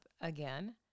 again